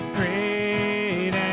great